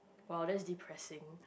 !wow! that is depressing